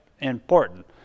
Important